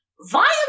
violent